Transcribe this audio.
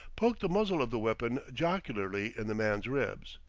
poked the muzzle of the weapon jocularly in the man's ribs.